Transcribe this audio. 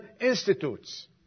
institutes